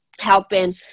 helping